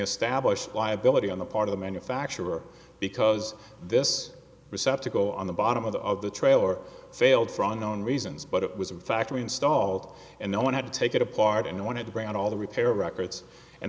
established liability on the part of the manufacturer because this receptacle on the bottom of the of the trailer failed from known reasons but it was a factory installed and no one had to take it apart and wanted to bring out all the repair records and